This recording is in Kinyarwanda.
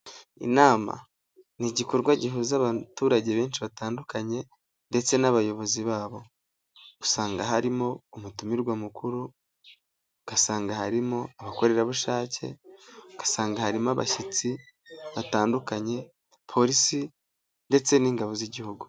Inama ni igikorwa gihuza abaturage benshi batandukanye ndetse n'abayobozi babo, usanga harimo umutumirwa mukuru, ugasanga harimo abakorerabushake, usanga harimo abashyitsi batandukanye, Polisi ndetse n'ingabo z'igihugu.